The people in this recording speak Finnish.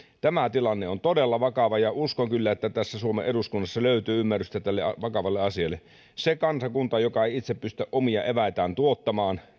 tämä tilanne on todella vakava ja uskon kyllä että tässä suomen eduskunnassa löytyy ymmärrystä tälle vakavalle asialle se kansakunta joka ei itse pysty omia eväitään tuottamaan